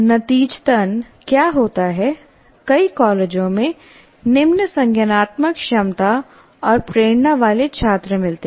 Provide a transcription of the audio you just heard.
नतीजतन क्या होता है कई कॉलेजों में निम्न संज्ञानात्मक क्षमता और प्रेरणा वाले छात्र मिलते हैं